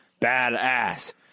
badass